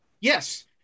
Yes